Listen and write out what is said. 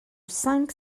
cinq